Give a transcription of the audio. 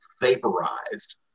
vaporized